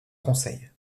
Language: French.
conseil